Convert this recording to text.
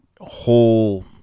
whole